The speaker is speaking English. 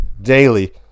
Daily